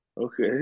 Okay